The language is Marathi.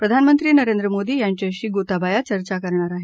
प्रधानमंत्री नरेंद्र मोदी यांच्याशी गोताबाया चर्चा करणार आहेत